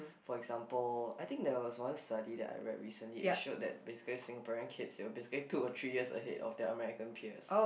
for example I think there was one study that I read recently it showed that basically Singaporean kids they were basically two or three years ahead of their American peers